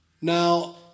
Now